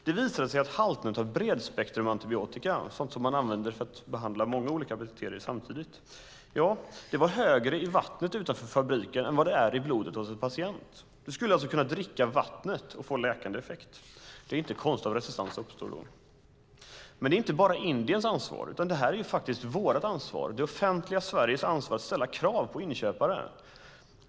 Det visade sig att halterna av bredspektrumantibiotika, alltså sådant man använder för att bekämpa många olika bakterier samtidigt, var högre i vattnet utanför fabriken än vad de är i blodet hos en patient. Du skulle alltså kunna dricka vattnet och få läkande effekt. Det är inte konstigt om resistens uppstår då. Det är dock inte bara Indiens ansvar, utan det är faktiskt vårt ansvar. Det är det offentliga Sveriges ansvar att ställa krav på inköpare.